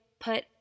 put